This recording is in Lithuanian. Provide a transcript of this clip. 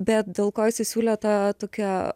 bet dėl ko jisai siūlė tą tokią